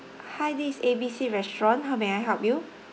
hi this is A B C restaurant how may I help you